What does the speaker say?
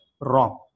wrong